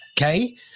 okay